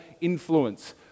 influence